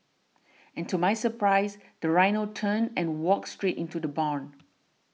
and to my surprise the rhino turned and walked straight into the barn